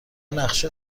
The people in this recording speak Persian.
نقشه